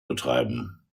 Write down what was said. betreiben